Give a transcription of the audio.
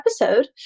episode